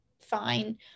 fine